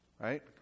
right